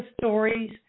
stories